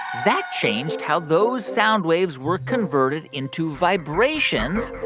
that changed how those sound waves were converted into vibrations.